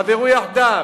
חברו יחדיו.